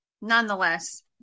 nonetheless